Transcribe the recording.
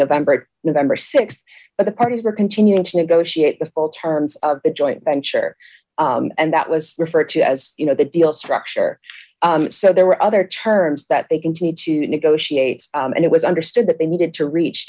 november november th but the parties were continuing to negotiate a full terms of the joint venture and that was referred to as you know the deal structure so there were other terms that they can see to negotiate d and it was understood that they needed to reach